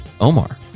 Omar